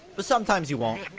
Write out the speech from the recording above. but sometimes you won't,